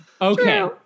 Okay